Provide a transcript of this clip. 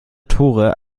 tore